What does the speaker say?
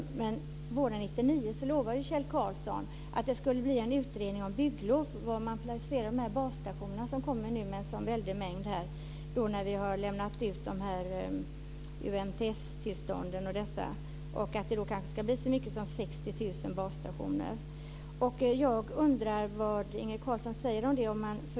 Våren 1999 lovade Kjell Larsson att det skulle göras en utredning om bygglov för var man placerar de basstationer som nu kommer i en sådan väldigt mängd när vi har lämnat ut UMTS-tillstånd. Det kanske blir så många som 60 000 basstationer. Jag undrar vad Inge Carlsson säger om det.